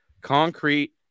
concrete